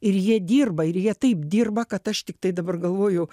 ir jie dirba ir jie taip dirba kad aš tiktai dabar galvoju